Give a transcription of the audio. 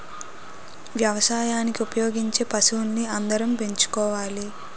వ్యవసాయానికి ఉపయోగించే పశువుల్ని అందరం పెంచుకోవాలి